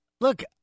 Look